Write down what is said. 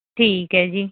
ਠੀਕ ਹੈ ਜੀ